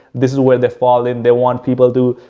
this is where they're fall in. they want people to,